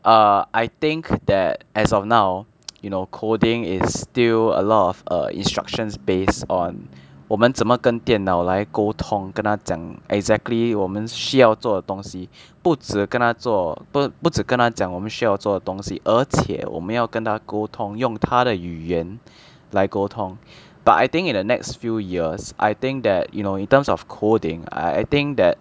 err I think that as of now you know coding is still a lot of err instructions based on 我们怎么跟电脑来沟通跟他讲 exactly 我们需要做的东西不只跟他做不只跟他讲我们需要做的东西而且我们要跟他沟通用他的语言来沟通 but I think in the next few years I think that you know in terms of coding I I think that